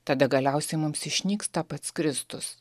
tada galiausiai mums išnyksta pats kristus